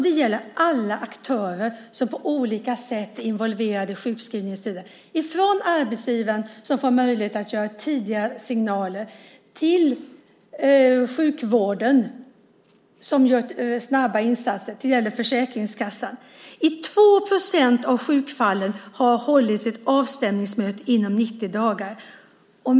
Det gäller alla aktörer som på olika sätt är involverade i sjukskrivningstider, från arbetsgivaren som får möjlighet att ge tidiga signaler till sjukvården som gör snabba insatser när det gäller Försäkringskassan. I 2 % av sjukfallen har det hållits ett avstämningsmöte inom 90 dagar.